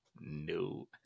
no